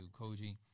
Koji